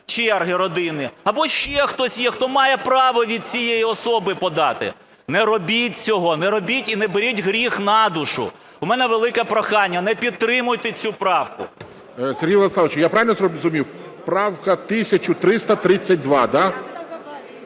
черги родини, або ще хтось є, хто має право від цієї особи подати. Не робіть цього. Не робіть і не беріть гріх на душу. У мене велике прохання: не підтримуйте цю правку. ГОЛОВУЮЧИЙ. Сергію Владиславовичу, я правильно зрозумів, правка 1332, да?